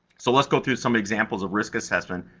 so, let's go through some examples of risk assessment,